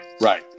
Right